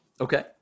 Okay